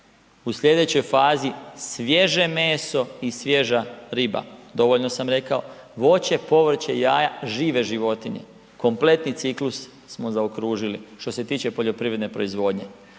u sljedećoj fazi svježe meso i svježa riba. Dovoljno sam rekao. Voće, povrće, jaja žive životinje kompletni ciklus smo zaokružili što se tiče poljoprivredne proizvodnje.